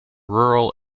rural